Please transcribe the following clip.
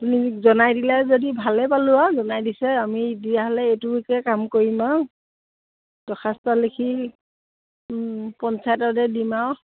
তুমি জনাই দিলে যদি ভালেই পালোঁ আৰু জনাই দিছে আমি দিয়াহ'লে এইটোকে কাম কৰিম আৰু দৰখাস্ত লিখি পঞ্চায়ততে দিম আৰু